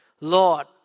Lord